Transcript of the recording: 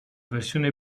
versione